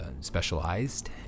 specialized